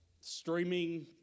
streaming